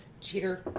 Cheater